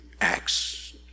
Acts